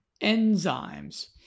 enzymes